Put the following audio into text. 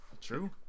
True